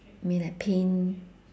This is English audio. mean like paint